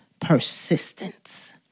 persistence